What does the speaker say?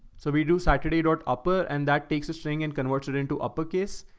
so we do saturday dot opera and that takes a string and converts it into uppercase.